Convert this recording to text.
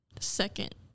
second